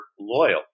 loyal